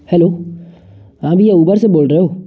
hello हाँ भईया Uber से बोल रहे हो